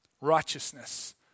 Righteousness